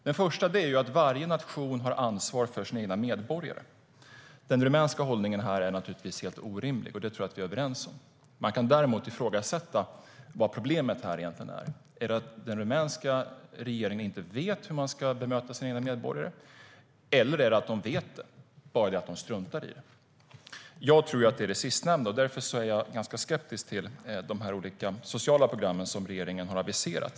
Den första är att varje nation har ansvar för sina egna medborgare, och den rumänska hållningen här är naturligtvis helt orimlig. Det tror jag att vi är överens om. Man kan däremot ifrågasätta vad problemet egentligen är. Är det att den rumänska regeringen inte vet hur den ska bemöta sina egna medborgare, eller är det att de vet men struntar i det? Jag tror att det är det sistnämnda, och därför är jag ganska skeptisk till de olika sociala program regeringen har aviserat.